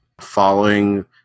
following